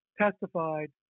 testified